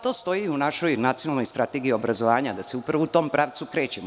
To stoji i u našoj Nacionalnoj strategiji obrazovanja, da se upravo u tom pravcu krećemo.